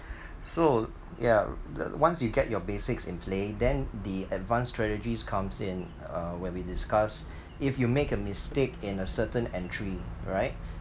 so ya once you get your basics in play then the advanced strategies comes in uh when we discuss if you make a mistake in a certain entry right